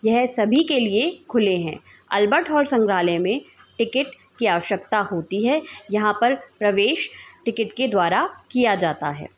यह सभी के लिए खुले हैं अल्बर्ट हॉल संग्रहालय में टिकिट की आवश्यकता होती है यहाँ पर प्रवेश टिकिट के द्वारा किया जाता है